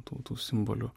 tautų simbolių